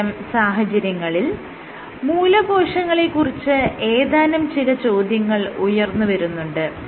ഇത്തരം സാഹചര്യങ്ങളിൽ മൂലകോശങ്ങളെ കുറിച്ച് ഏതാനും ചില ചോദ്യങ്ങൾ ഉയർന്ന് വരുന്നുണ്ട്